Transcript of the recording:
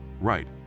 Right